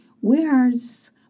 whereas